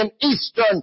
eastern